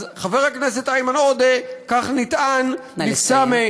אז חבר הכנסת איימן עודה, כך נטען, נא לסיים.